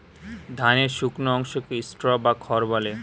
ধানের শুকনো অংশকে স্ট্র বা খড় বলে